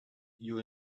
you